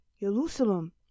Jerusalem